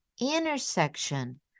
intersection